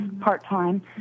part-time